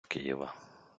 києва